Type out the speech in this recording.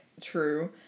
True